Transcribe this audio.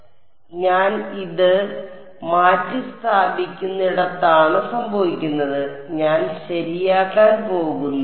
അതിനാൽ ഞാൻ ഇത് മാറ്റിസ്ഥാപിക്കുന്നിടത്താണ് സംഭവിക്കുന്നത് ഞാൻ ശരിയാക്കാൻ പോകുന്നു